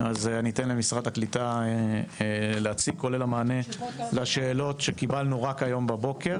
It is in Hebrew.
אני אתן למשרד הקליטה להציג כולל המענה לשאלות שקיבלנו רק היום בבוקר,